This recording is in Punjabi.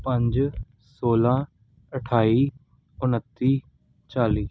ਪੰਜ ਸੌਲਾਂ ਅਠਾਈ ਉਨੱਤੀ ਚਾਲੀ